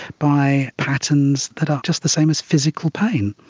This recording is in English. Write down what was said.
by patterns that are just the same as physical pain.